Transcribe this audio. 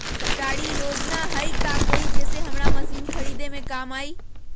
सरकारी योजना हई का कोइ जे से हमरा मशीन खरीदे में काम आई?